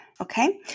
Okay